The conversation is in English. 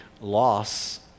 loss